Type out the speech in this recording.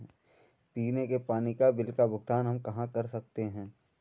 पीने के पानी का बिल का भुगतान हम कहाँ कर सकते हैं?